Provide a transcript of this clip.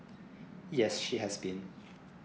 yes she has been